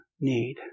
need